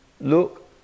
look